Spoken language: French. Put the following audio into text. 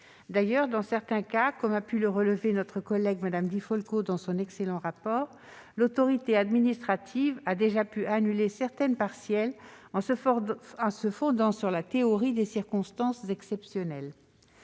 D'ailleurs, dans certains cas, comme a pu le relever notre collègue Catherine Di Folco dans son excellent rapport, l'autorité administrative a déjà pu annuler certaines élections partielles en se fondant sur la théorie des circonstances exceptionnelles.